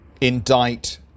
indict